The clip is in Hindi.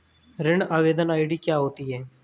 ऋण आवेदन आई.डी क्या होती है?